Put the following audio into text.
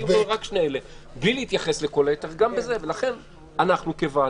לכן אנחנו כוועדה,